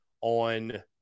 on